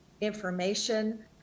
information